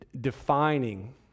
defining